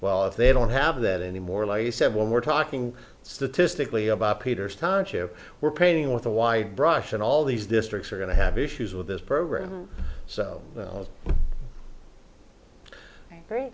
well if they don't have that anymore like he said when we're talking statistically about peter's timeship we're painting with a wide brush and all these districts are going to have issues with this program so